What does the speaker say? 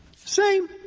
same.